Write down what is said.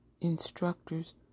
instructors